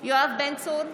יואב בן צור,